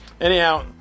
anyhow